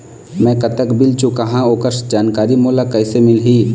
मैं कतक बिल चुकाहां ओकर जानकारी मोला कइसे मिलही?